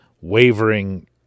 wavering